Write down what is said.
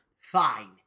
Fine